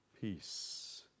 peace